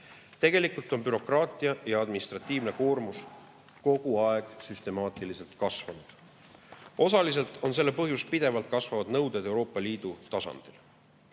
Tegelikult on bürokraatia ja administratiivne koormus kogu aeg süstemaatiliselt kasvanud. Osaliselt on selle põhjus pidevalt kasvavad nõuded Euroopa Liidu tasandil.